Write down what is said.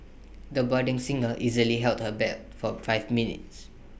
the budding singer easily held her bed for five minutes